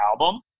album